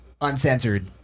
Uncensored